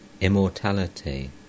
immortality